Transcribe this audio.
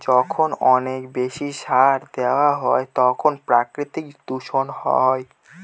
যখন অনেক বেশি সার দেওয়া হয় তখন প্রাকৃতিক দূষণ হয়